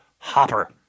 Hopper